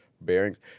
bearings